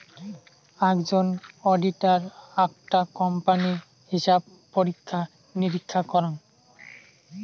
আকজন auditor আকটা কোম্পানির হিছাব পরীক্ষা নিরীক্ষা করাং